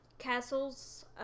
Castles